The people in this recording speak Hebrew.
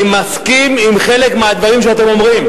אני מסכים עם חלק מהדברים שאתם אומרים,